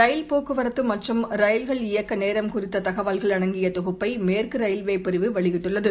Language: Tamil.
ரயில் போக்குவரத்து மற்றும் ரயில்கள் இயக்க நேரம் குறித்த தகவல்கள் அடங்கிய தொகுப்பை மேற்கு ரயில்வே பிரிவு வெளியிட்டுள்ளது